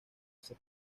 ese